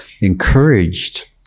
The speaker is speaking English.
encouraged